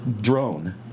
drone